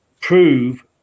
prove